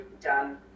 done